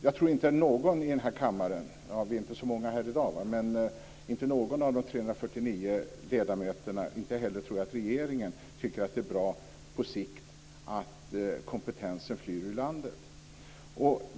Jag tror inte att någon av de 349 ledamöterna, och jag tror inte heller regeringen tycker att det är bra på sikt att kompetensen flyr ur landet.